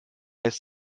lässt